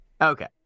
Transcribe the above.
Okay